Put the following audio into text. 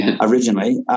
originally